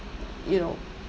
you know